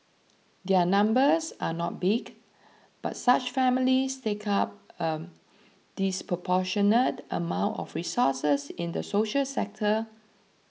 their numbers are not big but such families take up a disproportionate amount of resources in the social sector